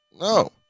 No